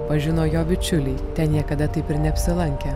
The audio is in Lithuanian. pažino jo bičiuliai ten niekada taip ir neapsilankę